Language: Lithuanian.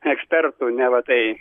ekspertų neva tai